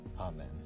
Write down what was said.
Amen